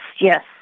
yes